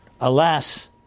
alas